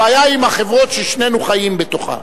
הבעיה היא עם החברות ששנינו חיים בתוכן.